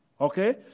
Okay